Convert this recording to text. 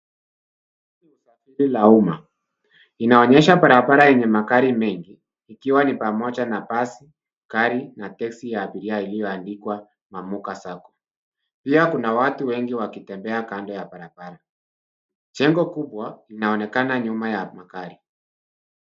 La uma inaonyesha barabara yenye magari mengi ikiwa ni pamoja na basi, gari na teksi ya abiria iliyoandikwa Namuga SACCO, pia kuna watu wengi wakitembea kando ya barabara ,jengo kubwa linaonekana nyuma ya magari.